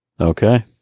okay